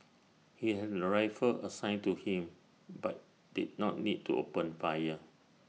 he had A rifle assigned to him but did not need to open fire